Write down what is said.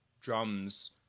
drums